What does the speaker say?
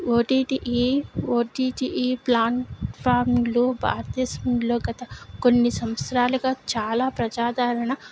OTT ఈ OTT ఈ ప్లాట్ఫార్మ్లు భారతదేశంలో గత కొన్ని సంవత్సరాలుగా చాలా ప్రజాదరణ